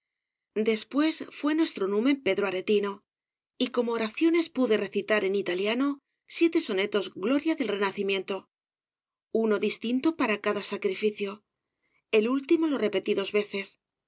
después fué nuestro numen pedro aretino y como oraciones pude recitar en italiano siete sonetos gloria del renacimiento uno distinto para cada sacrificio el último lo repetí dos veces era